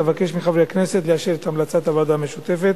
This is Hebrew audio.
אבקש מחברי הכנסת לאשר את המלצת הוועדה המשותפת,